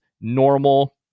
Normal